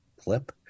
clip